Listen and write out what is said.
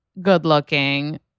good-looking